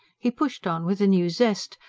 he pushed on with a new zest,